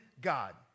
God